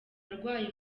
arwaye